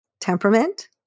temperament